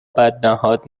بدنهاد